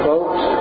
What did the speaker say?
Folks